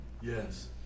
Yes